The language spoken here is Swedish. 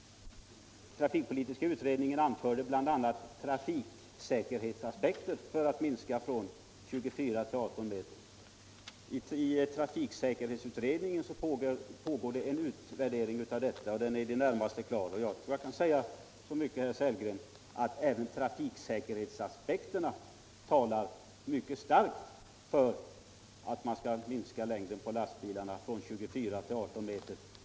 Trafikpolitiska utredningen anförde bl.a. trafiksäkerhetsaspekter som skäl till att man bör minska längden på lastbilarna från 24 till 18 m. Trafiksäkerhetsutredningen gör en utvärdering av detta och den är i det närmaste klar. Så mycket kan jag säga, herr Sellgren, att även trafiksäkerhetsaspekterna talar mycket starkt för att längden på lastbilarna skall minskas från 24 till 18 m.